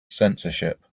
censorship